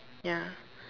ya